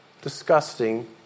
disgusting